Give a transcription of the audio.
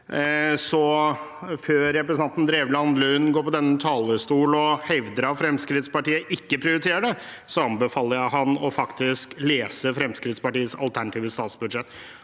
Før representanten Drevland Lund går på denne talerstol og hevder at Fremskrittspartiet ikke prioriterer det, anbefaler jeg ham faktisk å lese Fremskrittspartiets alternative statsbudsjett.